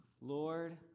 Lord